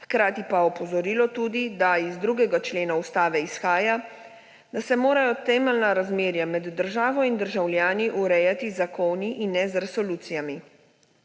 hkrati pa opozorilo tudi, da iz 2. člena Ustave izhaja, da se morajo temeljna razmerja med državo in državljani urejati z zakoni in ne z resolucijami.